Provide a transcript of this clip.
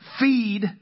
feed